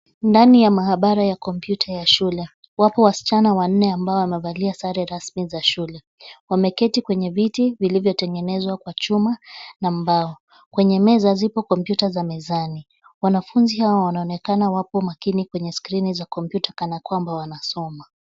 Ndani ya mahabara ya kompyuta ya shule, wapo wasichana wanne ambao wamevalia sare rasmi za shule. Wameketi kwenye viti vilivyotengenezwa kwa chuma na mbao, kwenye meza zipo kompyuta za mezani. Wanafunzi hao wanaonekana wapo makini kwenye skrini za kompyuta kana kwamba wanasoma.